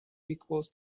equals